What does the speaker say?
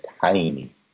tiny